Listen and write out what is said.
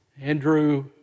Andrew